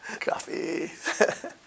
Coffee